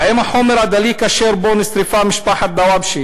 האם החומר הדליק אשר בו נשרפה משפחת דוואבשה